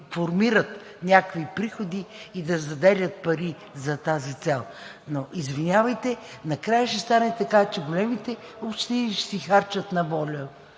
формират някакви приходи и да заделят пари за тази цел. Но, извинявайте, накрая ще стане така, че големите общини ще си харчат на воля,